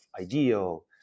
Ideal